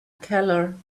keller